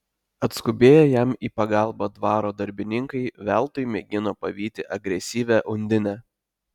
atskubėję jam į pagalbą dvaro darbininkai veltui mėgino pavyti agresyvią undinę